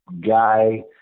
guy